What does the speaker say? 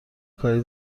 کاری